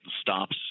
stops